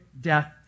death